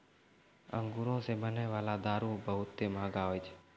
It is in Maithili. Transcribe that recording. अंगूरो से बनै बाला दारू बहुते मंहगा होय छै